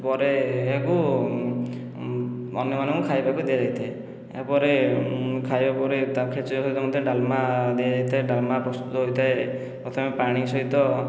ପରେ ଏହାକୁ ଅନ୍ୟମାନଙ୍କୁ ଖାଇବାକୁ ଦିଆଯାଇଥାଏ ଏହାପରେ ଖାଇବା ପରେ ତା ଖେଚେଡ଼ି ସହିତ ମଧ୍ୟ ଡାଲମା ଦିଆଯାଇଥାଏ ଡାଲମା ପ୍ରସ୍ତୁତ ହୋଇଥାଏ ପ୍ରଥମେ ପାଣି ସହିତ